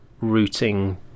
routing